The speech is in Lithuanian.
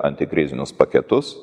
antikrizinius paketus